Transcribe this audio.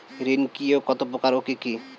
ঋণ কি ও কত প্রকার ও কি কি?